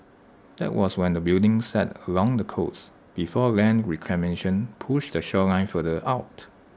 that was when the building sat along the coast before land reclamation push the shoreline further out